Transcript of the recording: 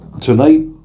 Tonight